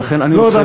ולכן אני רוצה,